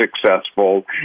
successful